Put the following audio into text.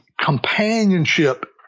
companionship